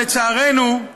לצערנו,